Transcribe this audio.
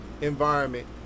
environment